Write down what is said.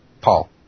Paul